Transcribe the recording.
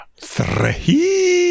three